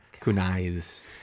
kunai's